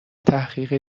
تحقیق